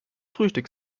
frühstück